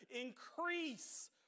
increase